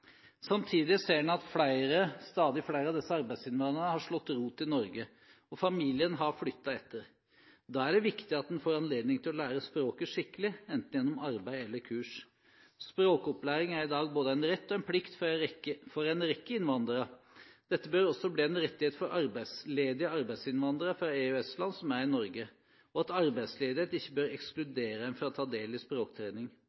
Samtidig ser en at stadig flere av disse arbeidsinnvandrerne har slått rot i Norge, og familiene har flyttet etter. Da er det viktig at en får anledning til å lære språket skikkelig, enten gjennom arbeid eller gjennom kurs. Språkopplæring er i dag både en rett og en plikt for en rekke innvandrere. Dette bør også bli en rettighet for arbeidsledige arbeidsinnvandrere fra EØS-land som er i Norge – arbeidsledighet bør ikke